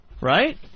Right